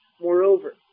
Moreover